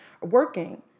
working